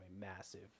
massive